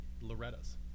Loretta's